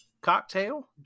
cocktail